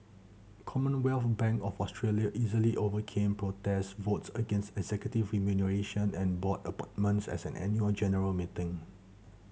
Commonwealth Bank of Australia easily overcame protest votes against executive remuneration and board appointments as an annual general meeting